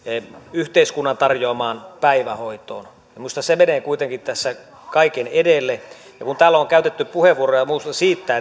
yhteiskunnan tarjoamaan päivähoitoon minusta se menee kuitenkin tässä kaiken edelle täällä on käytetty puheenvuoroja muun muassa siitä